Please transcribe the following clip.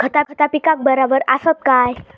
खता पिकाक बराबर आसत काय?